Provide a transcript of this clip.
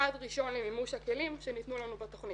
צעד ראשון למימוש הכלים שניתנו לנו בתכנית.